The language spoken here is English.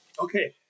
Okay